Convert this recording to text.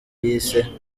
yise